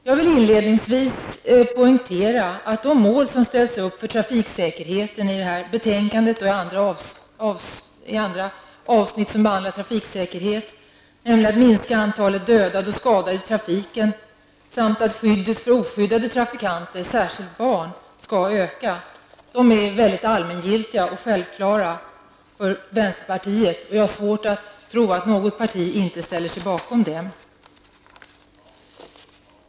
Jag vill inledningsvis poängtera att de mål för trafiksäkerheten som ställs upp i detta betänkande och i andra sammanhang där trafiksäkerheten behandlas, nämligen att minska antalet dödade och skadade i trafiken samt att skyddet för oskyddade trafikanter -- särskilt barn -- skall förbättras, är mycket allmängiltiga och självklara för vänsterpartiet, och jag har svårt att tro att något parti inte ställer sig bakom dem.